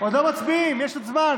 עוד לא מצביעים, יש עוד זמן.